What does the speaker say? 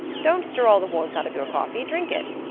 don't stir all the warmth out of your coffee drink it.